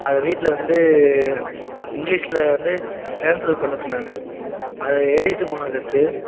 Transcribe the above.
அதை வீட்டில் வந்து இங்கிலீஷில் வந்து ட்ரான்ஸ்லேட் பண்ண சொன்னாங்க அதை எழுதிகிட்டு போனதுக்கு அடுத்து